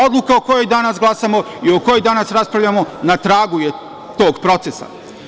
Odluka o kojoj danas glasamo i o kojoj danas raspravljamo na tragu je tog procesa.